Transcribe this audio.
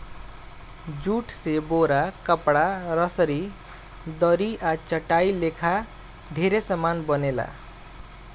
jute से बोरा, कपड़ा, रसरी, दरी आ चटाई लेखा ढेरे समान बनेला